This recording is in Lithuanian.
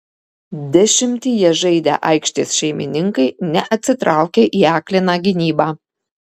dešimtyje žaidę aikštės šeimininkai neatsitraukė į akliną gynybą